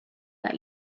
that